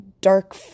dark